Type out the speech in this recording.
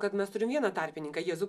kad mes turim vieną tarpininką jėzų